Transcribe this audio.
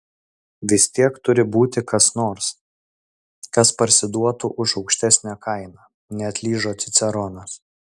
vis tiek turi būti kas nors kas parsiduotų už aukštesnę kainą neatlyžo ciceronas